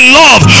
love